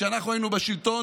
כשאנחנו היינו בשלטון,